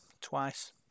twice